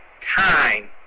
time